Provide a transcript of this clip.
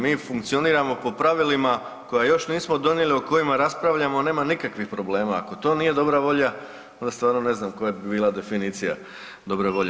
Mi funkcioniramo po pravilima koja još nismo donijeli o kojima raspravljamo nemamo nikakvih problema, ako to nije dobra volja onda stvarno ne znam koja bi bila definicija dobre volje.